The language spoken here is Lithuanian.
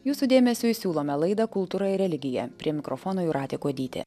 jūsų dėmesiui siūlome laidą kultūra ir religija prie mikrofono jūratė kuodytė